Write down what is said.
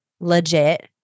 legit